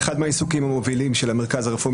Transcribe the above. אחד מהעיסוקים המובילים של המרכז הרפורמי